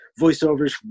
voiceovers